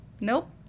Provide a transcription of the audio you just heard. Nope